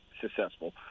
successful